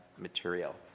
material